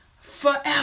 forever